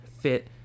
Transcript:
fit